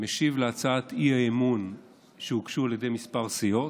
משיב להצעות האי-אמון שהוגשו על ידי כמה סיעות,